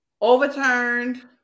overturned